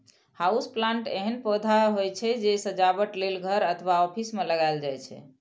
house plant एहन पौधा होइ छै, जे सजावट लेल घर अथवा ऑफिस मे लगाएल जाइ छै